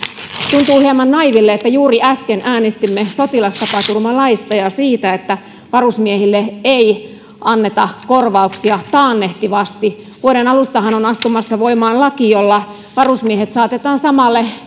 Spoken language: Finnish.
tuntuu hieman naiiville että juuri äsken äänestimme sotilastapaturmalaista ja siitä että varusmiehille ei anneta korvauksia taannehtivasti vuoden alustahan on astumassa voimaan laki jolla varusmiehet saatetaan